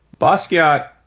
Basquiat